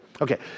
Okay